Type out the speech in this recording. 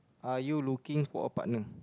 are you looking for a partner